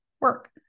work